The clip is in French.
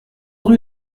rue